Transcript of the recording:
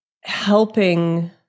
helping